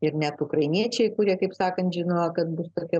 ir net ukrainiečiai kurie kaip sakant žino kad bus tokia